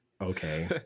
okay